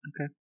okay